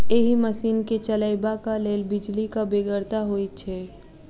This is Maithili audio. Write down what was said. एहि मशीन के चलयबाक लेल बिजलीक बेगरता होइत छै